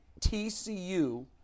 TCU